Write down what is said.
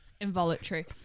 involuntary